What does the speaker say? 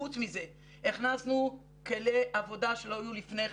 חוץ מזה הכנסנו כלי עבודה שלא היו לפני כן,